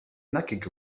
nackig